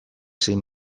zein